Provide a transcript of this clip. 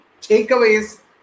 takeaways